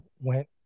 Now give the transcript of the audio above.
went